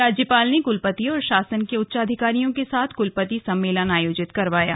राज्यपाल ने कलपति और शासन के उच्चाधिकारियों के साथ कुलपति सम्मेलन आयोजित करवाया था